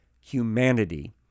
humanity